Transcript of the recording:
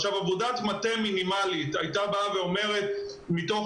עבודת מטה מינימלית הייתה אומרת שמתוך